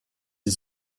sie